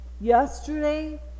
yesterday